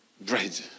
bread